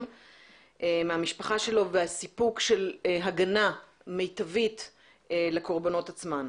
מהמשפחה שלו והסיפוק של הגנה מיטבית לקורבנות עצמן.